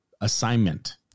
assignment